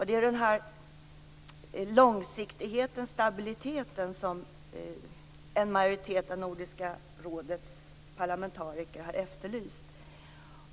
Det är den här långsiktigheten och stabiliteten som en majoritet av Nordiska rådets parlamentariker har efterlyst.